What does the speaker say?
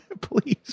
Please